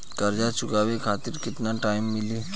कर्जा चुकावे खातिर केतना टाइम मिली?